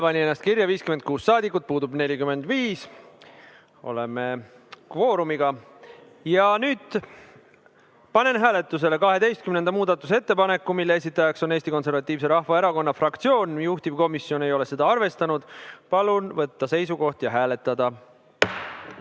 pani ennast kirja 56 saadikut, puudub 45. Kvoorum on olemas. Nüüd panen hääletusele 12. muudatusettepaneku, mille esitaja on Eesti Konservatiivse Rahvaerakonna fraktsioon, juhtivkomisjon ei ole seda arvestanud. Palun võtta seisukoht ja hääletada!